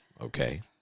okay